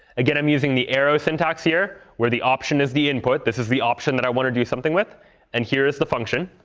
again, i'm using the arrow syntax here where the option is the input. this is the option that i want to do something with and here is the function.